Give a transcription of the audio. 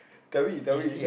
tell me tell me